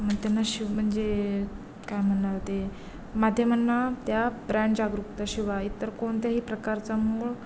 मग त्यांना शिव म्हणजे काय म्हणणार ते माध्यमांना त्या ब्रँड जागरूकता शिवाय इतर कोणत्याही प्रकारचं मूळ